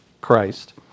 Christ